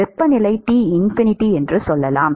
வெப்பநிலை T∞ என்று சொல்லலாம்